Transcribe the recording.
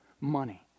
money